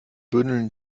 bündeln